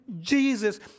Jesus